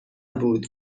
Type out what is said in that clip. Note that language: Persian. بود